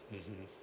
mmhmm